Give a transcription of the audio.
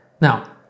Now